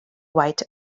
white